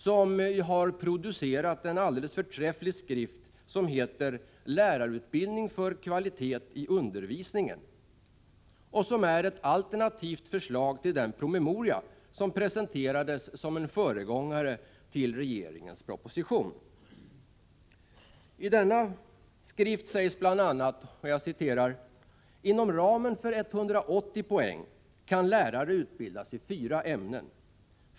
LR har nämligen producerat en alldeles förträfflig skrift, som heter ”Lärarutbildning för kvalitet i undervisningen” och som är ett alternativt förslag till den promemoria som presenterades som en föregångare till regeringens proposition. I denna skrift sägs bl. a: ”Inom ramen för 180 poäng kan lärare utbildas i fyra ämnen.